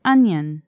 Onion